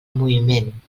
moviment